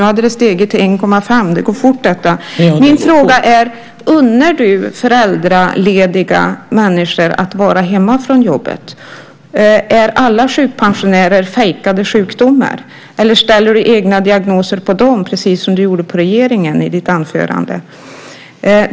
Nu hade det stigit till 1,5. Det går fort. Min fråga är: Unnar du föräldralediga människor att vara hemma från jobbet? Har alla sjukpensionärer fejkade sjukdomar? Ställer du egna diagnoser på dem precis som du gjorde på regeringen i ditt anförande?